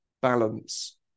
balance